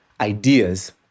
ideas